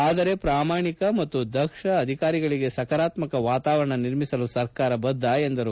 ಆದರೆ ಪ್ರಾಮಾಣಿಕ ಮತ್ತು ದಕ್ಷ ಅಧಿಕಾರಿಗಳಿಗೆ ಸಕಾರಾತ್ಮಕ ವಾತಾವರಣ ನಿರ್ಮಿಸಲು ಸರ್ಕಾರ ಬದ್ಧ ಎಂದರು